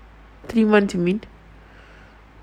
three months you mean